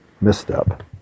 misstep